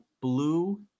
Blue